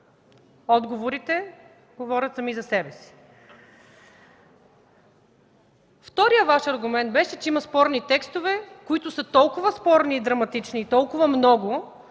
Отговорите говорят сами за себе си. Вторият Ваш аргумент беше, че има спорни текстове, които са толкова спорни и драматични и толкова много,